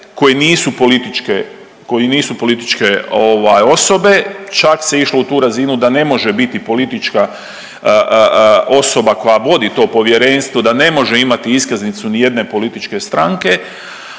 koji nisu političke ovaj osobe, čak se išlo u tu razinu da ne može biti politička osoba koja vodi to povjerenstvo, da ne može imati iskaznicu ni jedne političke stranke